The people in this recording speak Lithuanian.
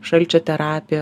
šalčio terapija